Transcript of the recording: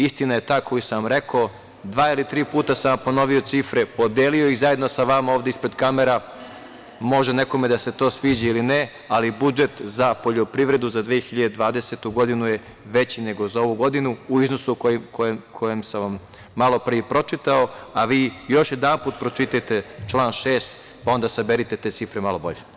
Istina je ta koju sam vam rekao, dva ili tri puta sam vam ponovio cifre, podelio ih zajedno sa vama ovde ispred kamera, može to nekome da se sviđa ili ne, ali budžet za poljoprivredu za 2020. godinu je veći nego za ovu godinu u iznosu koji sam vam malopre pročitao, a vi još jedanput pročitajte član 6, pa onda saberite te cifre malo bolje.